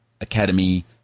academy